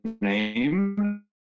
name